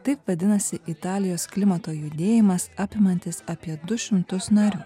taip vadinasi italijos klimato judėjimas apimantis apie du šimtus narių